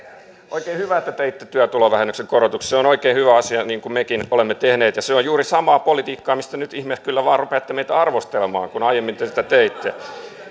oikein hyvä että teitte työtulovähennyksen korotuksen se on oikein hyvä asia niin kuin mekin olemme tehneet se on juuri samaa politiikkaa mistä nyt ihme kyllä vain rupeatte meitä arvostelemaan kun aiemmin te sitä teitte